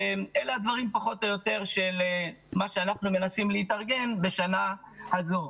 אלה הדברים פחות או יותר של מה שאנחנו מנסים להתארגן לשנה הזו.